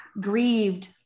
grieved